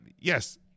yes